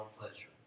pleasure